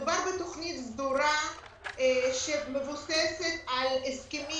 מדובר בתוכנית סדורה שמבוססת על הסכמים